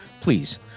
Please